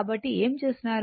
కాబట్టి ఏం చేస్తున్నారు